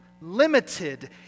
limited